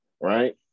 right